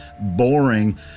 boring